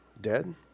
dead